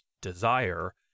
desire